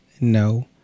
No